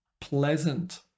pleasant